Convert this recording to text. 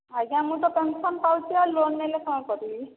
ଆଜ୍ଞା ମୁଁ ତ ପେନସନ ପାଉଛି ଆଉ ଲୋନ ନେଲେ କଣ କରିବି